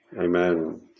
Amen